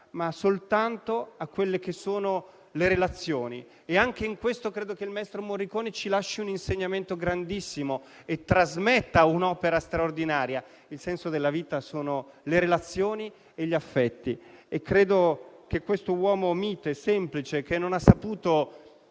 ma soltanto alle relazioni e anche in questo credo che il maestro Morricone ci lasci un insegnamento grandissimo e ci trasmetta un'opera straordinaria: il senso della vita sono le relazioni e gli affetti. Credo che quest'uomo mite, semplice, che ha saputo